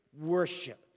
worship